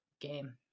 game